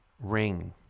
Ring